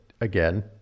again